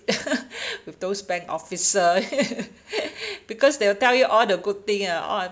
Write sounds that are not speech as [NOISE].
[LAUGHS] with those bank officer [LAUGHS] because they will tell you all the good thing ah all